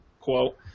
quote